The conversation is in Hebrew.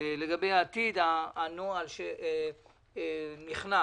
לגבי העתיד הנוהל שנכנס